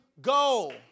go